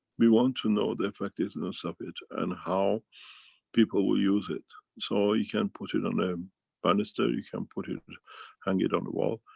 we want to know the effectiveness of it and how people will use it. so you can put it on a um banister, you can put it it hang it on the wall.